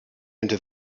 into